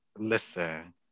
listen